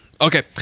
Okay